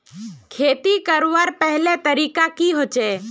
खेती करवार पहला तरीका की होचए?